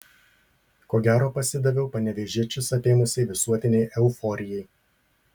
ko gero pasidaviau panevėžiečius apėmusiai visuotinei euforijai